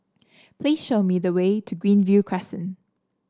please show me the way to Greenview Crescent